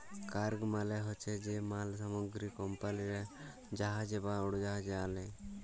cargo মালে হছে যে মাল সামগ্রী কমপালিরা জাহাজে বা উড়োজাহাজে আলে